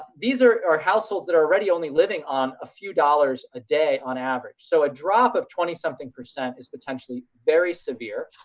these are are households that are already only living on a few dollars a day on average. so a drop of twenty something percent is potentially very severe.